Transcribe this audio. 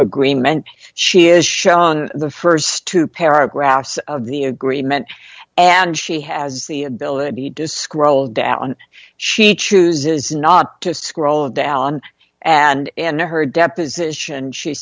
agreement she is shown on the st two paragraphs of the agreement and she has the ability to scroll down she chooses not to scroll down and and her deposition she